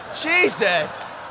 Jesus